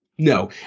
No